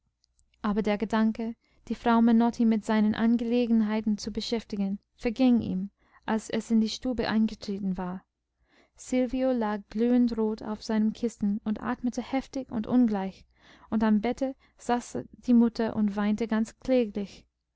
aber der gedanke die frau menotti mit seinen angelegenheiten zu beschäftigen verging ihm als es in die stube eingetreten war silvio lag glühendrot auf seinem kissen und atmete heftig und ungleich und am bette saß die mutter und weinte ganz kläglich